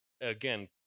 again